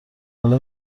حال